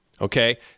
Okay